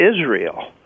Israel